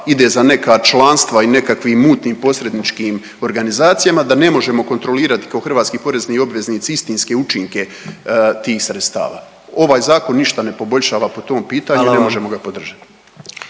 ide za neka članstva i nekakvim mutnim posredničkim organizacijama, da ne možemo kontrolirati kao hrvatski porezni obveznici istinske učinke tih sredstava. Ovaj Zakon ništa ne poboljšava po tom pitanju i ne možemo ga podržati.